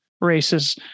races